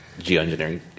geoengineering